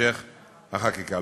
המשך החקיקה.